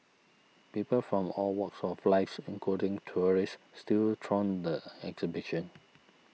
people from all walks of lives including tourists still throng the exhibition